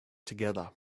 together